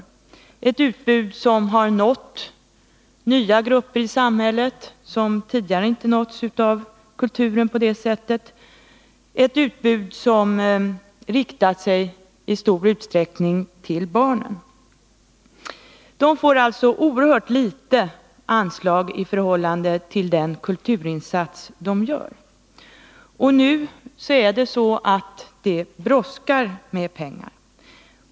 Det är ett utbud som nått nya grupper i samhället, som tidigare inte nåtts av kulturen på detta sätt. Och det är ett utbud som i stor utsträckning riktat sig till barnen. Dessa grupper får alltså ett oerhört litet anslag i förhållande till den kulturinsats de gör. Och nu brådskar det med pengar.